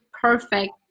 perfect